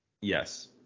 Yes